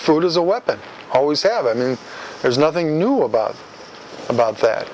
food as a weapon always have and there's nothing new about about that